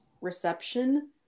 reception